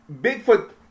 Bigfoot